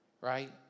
right